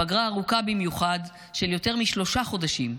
פגרה ארוכה במיוחד של יותר משלושה חודשים,